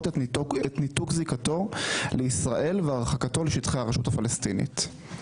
את ניתוק זיקתו לישראל והרחקתו לשטחי הרשות הפלסטינית.